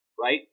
right